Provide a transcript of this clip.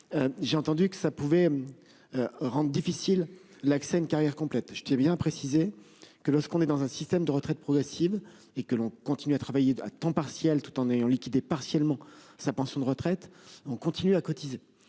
progressive pouvait rendre difficile l'accès à une carrière complète. Je tiens à bien préciser que lorsque l'on est dans un système de retraite progressive et que l'on continue à travailler à temps partiel tout en ayant liquidé partiellement sa pension de retraite, on continue à cotiser.